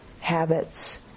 habits